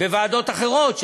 בוועדות אחרות.